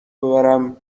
ببرم